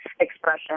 expression